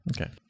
Okay